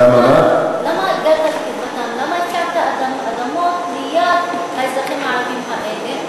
למה הפקעת אדמות מיד האזרחים הערבים האלה?